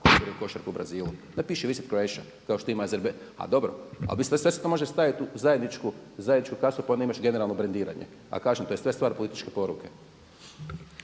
ako igrate košarku u Brazilu. Napišite: VISIT CROATIA kao što ima …, a dobro, sve se to može staviti u zajedničku kasu pa onda imaš generalno brendiranje. A kažem to je sve stvar političke poruke.